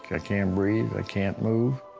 can't can't breathe, i can't move.